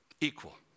equal